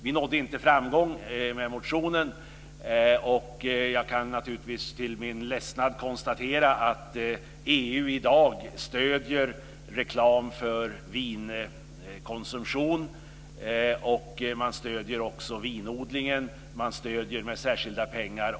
Vi nådde inte framgång med motionen. Jag kan naturligtvis till min ledsnad konstatera att EU i dag stöder reklam för vinkonsumtion. Man stöder också vinodlingen och tobaksodlingen med särskilda pengar.